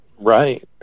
Right